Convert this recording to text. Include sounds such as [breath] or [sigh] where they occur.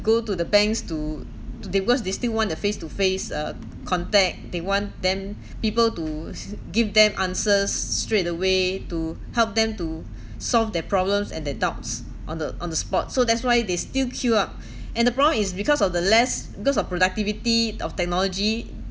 go to the banks to to because they still want the face-to-face uh contact they want them [breath] people to [laughs] give them answers straight away to help them to [breath] solve their problems and their doubts on the on the spot so that's why they still queue up [breath] and the problem is because of the less because of productivity of technology